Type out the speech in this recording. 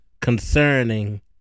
concerning